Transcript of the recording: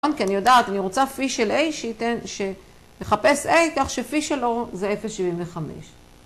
כי אני יודעת, אני רוצה פי של A שיחפש A כך שפי שלו זה 0.75.